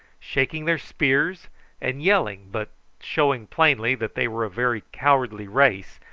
shaking their spears and yelling, but showing plainly that they were a very cowardly race,